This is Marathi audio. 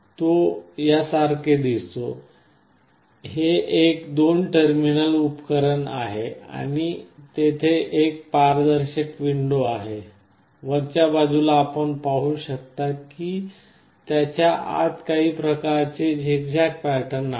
तो यासारखे दिसतो हे एक दोन टर्मिनल उपकरण आहे आणि तेथे एक पारदर्शक विंडो आहे वरच्या बाजूला आपण पाहू शकता की त्याच्या आत काही प्रकारचे झिगझॅग पॅटर्न आहे